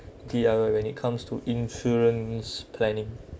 D_I_Y when it comes to insurance planning